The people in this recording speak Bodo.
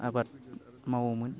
आबाद मावोमोन